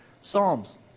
Psalms